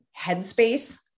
headspace